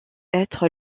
être